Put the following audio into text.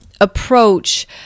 approach